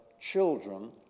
children